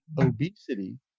obesity